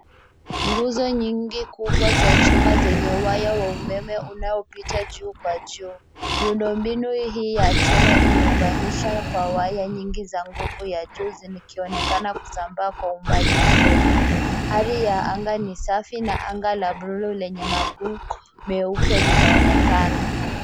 Nguzo nyingi za chuma zenye waya wa umeme unaopita juu kwa juu. Miundo mbinu hii ya chuma imeunganishwa kwa waya nyingi za nguvu ya juu zikionekana kusambaa kwa umbali mrefu. Hali ya anga ni safi na anga la buluu lenye maguku meupe linaonekana.